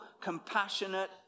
compassionate